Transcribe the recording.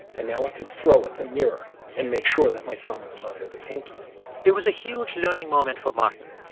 and i could throw at the mirror and make sure that my thumb was under the pinky it was a huge learning moment for martin.